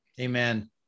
Amen